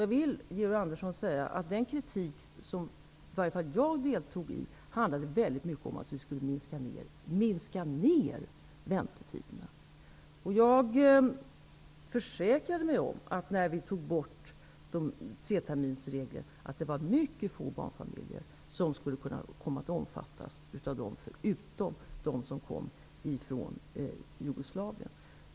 Georg Andersson, den kritik som jag deltog i handlade väldigt mycket om att vi skulle minska ner väntetiderna. När vi tog bort treterminsregeln försäkrade jag mig om att det var mycket få barnfamiljer som skulle kunna komma att omfattas av dem, förutom de som kom från Jugoslavien.